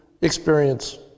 experience